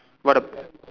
what the